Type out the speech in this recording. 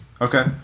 Okay